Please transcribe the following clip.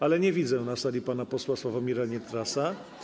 Ale nie widzę na sali pana posła Sławomir Nitrasa.